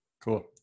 Cool